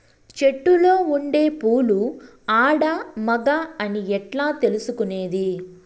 చెట్టులో ఉండే పూలు ఆడ, మగ అని ఎట్లా తెలుసుకునేది?